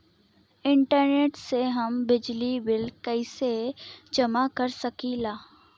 Internet से हम बिजली बिल कइसे जमा कर सकी ला?